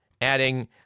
Adding